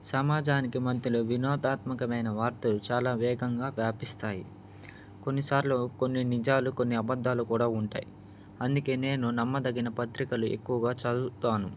సమాజానికి మధ్యలో వినోదాత్మకమైన వార్తలు చాలా వేగంగా వ్యాపిస్తాయి కొన్నిసార్లు కొన్ని నిజాలు కొన్ని అబద్ధాలు కూడా ఉంటాయి అందుకే నేను నమ్మదగిన పత్రికలు ఎక్కువగా చదువుతాను